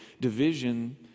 division